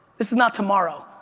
this is not tomorrow,